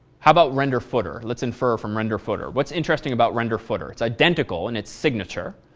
how about renderfooter? let's infer from renderfooter. what's interesting about renderfooter? it's identical in its signature,